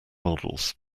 models